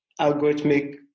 algorithmic